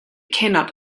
cannot